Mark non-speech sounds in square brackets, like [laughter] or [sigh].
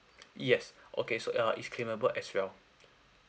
[noise] yes okay so uh is claimable as well